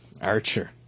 Archer